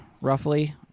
roughly